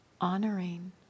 honoring